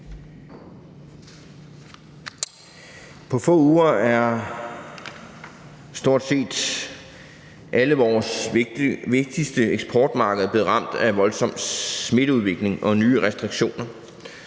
På få uger er stort set alle vores vigtigste eksportmarkeder blevet ramt af en voldsom smitteudvikling og nye restriktioner.